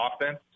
offense